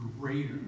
greater